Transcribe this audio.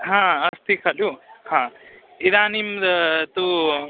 हा अस्ति खलु हा इदानीं तु